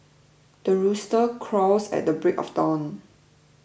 the rooster crows at the break of dawn